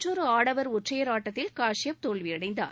மற்றொரு ஆடவர் ஒற்றையர் ஆட்டத்தில் காஷ்பாப் தோல்வியடைந்தார்